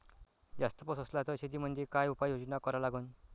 जास्त पाऊस असला त शेतीमंदी काय उपाययोजना करा लागन?